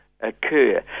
occur